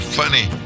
funny